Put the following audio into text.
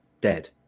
Dead